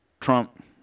Trump